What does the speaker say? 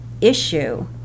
issue